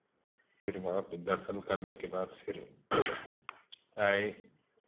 फिर वहाँ पर दर्शन करने के बाद फिर आये